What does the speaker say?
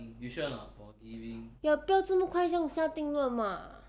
不要不要这么快下定论 mah